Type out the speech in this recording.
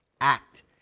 act